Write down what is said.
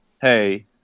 hey